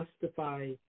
justify